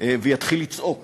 ויתחיל לצעוק